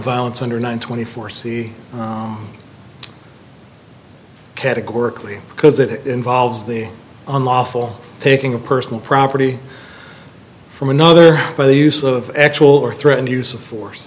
violence under nine twenty four c categorically because it involves the unlawful taking of personal property from another by the use of actual or threatened use of force